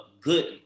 good